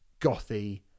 gothy